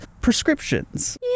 prescriptions